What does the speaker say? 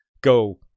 go